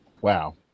Wow